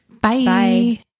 Bye